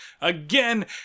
again